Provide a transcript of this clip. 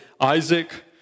Isaac